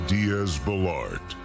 Diaz-Balart